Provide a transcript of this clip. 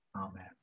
Amen